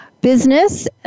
Business